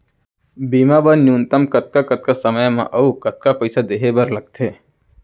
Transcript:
बीमा बर न्यूनतम कतका कतका समय मा अऊ कतका पइसा देहे बर लगथे